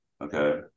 okay